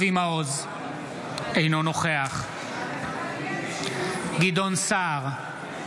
אינו נוכח גדעון סער,